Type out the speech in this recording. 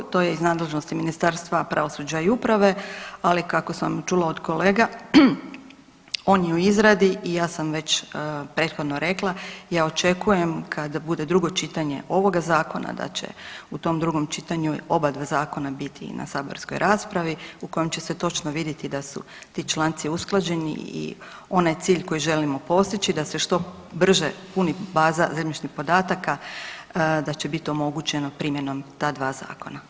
To je iz nadležnosti Ministarstva pravosuđa i uprave, ali kako sam čula od kolega on je u izradi i ja sam već prethodno rekla ja očekujem kada bude drugo čitanje ovoga zakona da će u tom drugom čitanju obadva zakona biti na saborskoj raspravi u kojem će se točno vidjeti da su ti članci usklađeni i onaj cilj koji želimo postići da se što brže puni baza zemljišnih podataka da će bit omogućeno primjenom ta dva zakona.